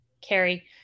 Carrie